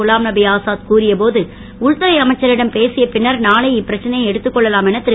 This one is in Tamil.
குலாம்நபி ஆசாத் கூறியபோது உள்துறை அமைச்சரிடம் பேசிய பின்னர் நாளை இப்பிரச்னையை எடுத்துக் கொள்ளலாம் என திரு